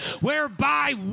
whereby